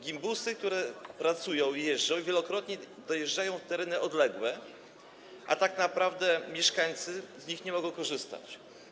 Gimbusy pracują, jeżdżą, wielokrotnie dojeżdżają na tereny odległe, a tak naprawdę mieszkańcy z nich nie mogą korzystać.